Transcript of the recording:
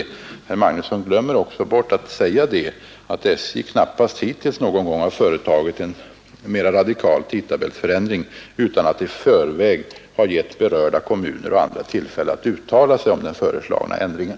Herr Magnusson glömmer också bort att säga att SJ knappast hittills någon gång har företagit en mera radikal tidtabellsförändring utan att i förväg ha gett berörda kommuner och andra tillfälle att uttala sig om den föreslagna ändringen.